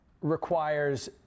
requires